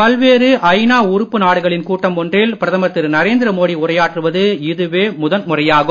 பல்வேறு ஐ நா உறுப்பு நாடுகளின் கூட்டம் ஒன்றில் பிரதமர் திரு நரேந்திர மோடி உரையாற்றுவது இதுவே முதல் முறையாகும்